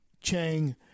Chang